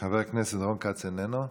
חבר הכנסת רון כץ, איננו.